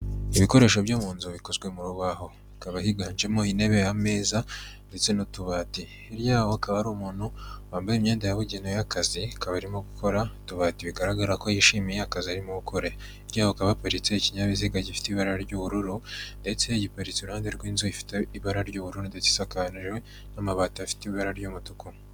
Ibikoresho byo mu nzu bikozwe mu rubaho. Hakaba higanjemo intebe, ameza ndetse n'utubati. Hirya yaho hakaba hari umuntu wambaye imyenda yabugenewe y'akazi akaba arimo gukora utubati bigaragara ko yishimiye akazi arimo gukora. Hirya yaho hakaba haparitse ikinyabiziga gifite ibara ry'ubururu, ndetse giparitse iruhande rw'inzu ifite ibara ry'ubururu, ndetse isakajwe n'amabati afite ibara ry'umutuku.